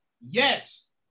Yes